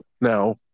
Now